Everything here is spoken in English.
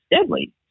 deadly